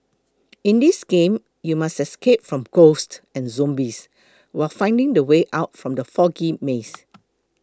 in this game you must escape from ghosts and zombies while finding the way out from the foggy maze